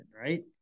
right